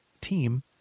team